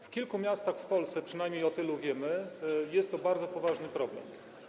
W kilku miastach w Polsce, przynajmniej o tylu wiemy, jest to bardzo poważny problem.